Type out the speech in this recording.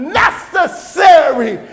necessary